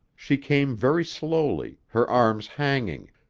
she came very slowly, her arms hanging,